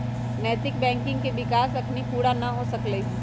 नैतिक बैंकिंग के विकास अखनी पुरा न हो सकलइ ह